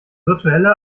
virtuelle